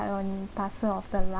part and parcel of the life